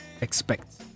expect